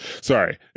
Sorry